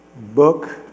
book